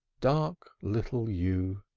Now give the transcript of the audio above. dark little yew!